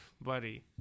Buddy